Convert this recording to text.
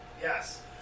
Yes